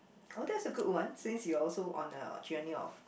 oh that's a good one since you are also on a journey of